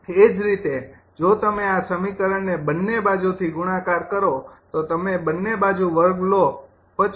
એ જ રીતે જો તમે આ સમીકરણને બંને બાજુથી ગુણાકાર કરો તો તમે બંને બાજુ વર્ગ લો પછી